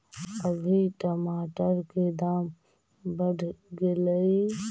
अभी टमाटर के दाम बढ़ गेलइ